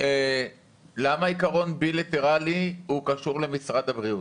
למה העיקרון הבילטרלי קשור למשרד הבריאות?